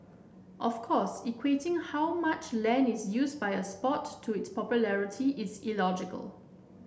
of course equating how much land is used by a sport to its popularity is illogical